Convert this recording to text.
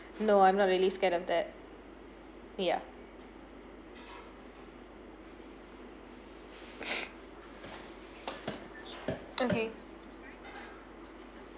no I'm not really scared of that yeah okay